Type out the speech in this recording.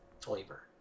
flavor